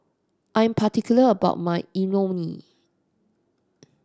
I'm particular about my Imoni